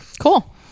Cool